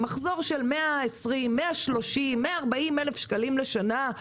מחזור של 120,130,140 אלף שקלים לשנה?